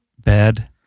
bad